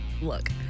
look